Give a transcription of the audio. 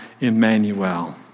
Emmanuel